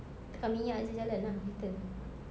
tekan minyak jer jalan ah meter